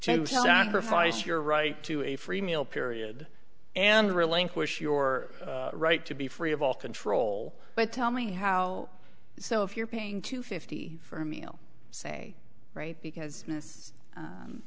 sacrifice your right to a free meal period and relinquish your right to be free of all control but tell me how so if you're paying two fifty for a meal say right because